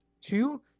Two